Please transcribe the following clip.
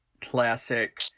classic